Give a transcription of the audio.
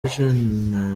gen